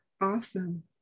awesome